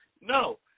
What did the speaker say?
No